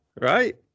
right